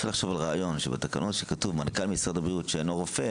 רעיון שבתקנות שכתוב מנכ"ל משרד הבריאות שאינו רופא